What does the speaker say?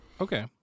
Okay